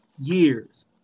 years